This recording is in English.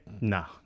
no